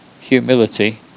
humility